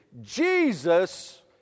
Jesus